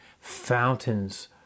fountains